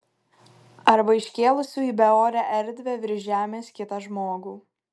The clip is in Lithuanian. arba iškėlusių į beorę erdvę virš žemės kitą žmogų